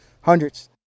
hundreds